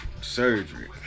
surgery